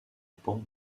pan